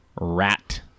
Rat